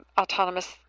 autonomous